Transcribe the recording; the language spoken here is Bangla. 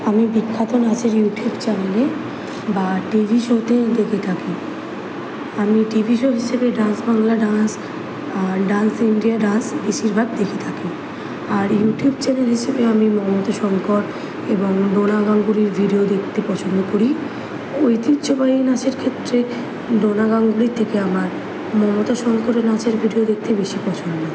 আমি বিখ্যাত নাচের ইউটিউব চ্যানেলে বা টিভি শোতে দেখি থাকি আমি টিভি শো হিসেবে ডান্স বাংলা ডান্স আর ডান্স ইন্ডিয়া ডান্স বেশিরভাগ দেখে থাকি আর ইউটিউব চ্যানেল হিসেবে আমি মমতা শঙ্কর এবং ডোনা গাঙ্গুলির ভিডিও দেখতে পছন্দ করি ঐতিহ্যবাহী নাচের ক্ষেত্রে ডোনা গাঙ্গুলির থেকে আমার মমতা শঙ্করের নাচের ভিডিও দেখতে বেশি পছন্দ